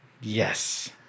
Yes